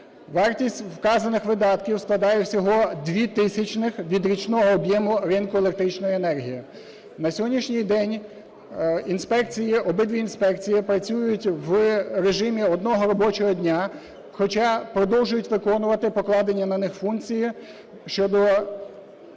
Вартість вказаних видатків складає всього дві тисячних від річного об'єму ринку електричної енергії. На сьогоднішній день обидві інспекції працюють в режимі одного робочого дня, хоча продовжують виконувати покладені на них функції щодо